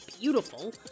beautiful